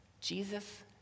Jesus